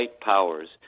powers